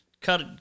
cut